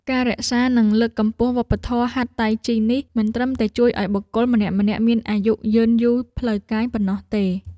ការរក្សា និងលើកកម្ពស់វប្បធម៌ហាត់តៃជីនេះ មិនត្រឹមតែជួយឱ្យបុគ្គលម្នាក់ៗមានអាយុយឺនយូរផ្លូវកាយប៉ុណ្ណោះទេ។